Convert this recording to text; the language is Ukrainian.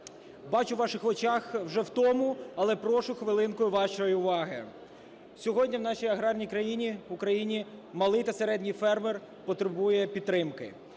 Бачу в ваших очах вже втому, але прошу хвилинку вашої уваги. Сьогодні в нашій аграрній країні Україні малий та середній фермер потребує підтримки,